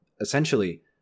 Essentially